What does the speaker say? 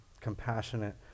compassionate